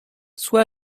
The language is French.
soit